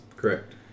Correct